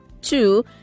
two